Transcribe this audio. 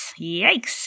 Yikes